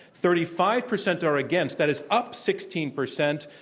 thirty five percent are against. that is up sixteen percent.